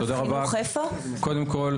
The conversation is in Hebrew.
תודה רבה,